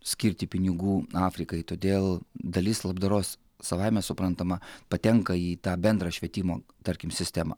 skirti pinigų afrikai todėl dalis labdaros savaime suprantama patenka į tą bendrą švietimo tarkim sistemą